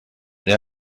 they